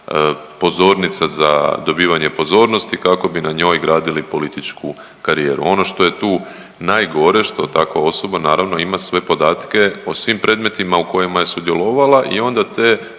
pozornica za dobivanje pozornosti kako bi na njoj gradili političku karijeru. Ono što je tu najgore što takva osoba naravno ima sve podatke o svim predmetima u kojima je sudjelovala i onda te